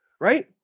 right